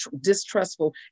distrustful